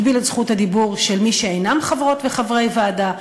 הגביל את זכות הדיבור של מי שאינם חברות וחברי ועדה.